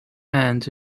and